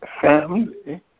family